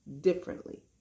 differently